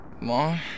Mom